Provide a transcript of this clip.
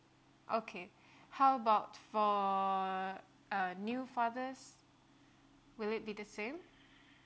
okay how about for err new fathers would it be the same